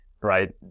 right